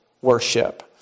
worship